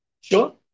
Sure